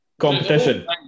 Competition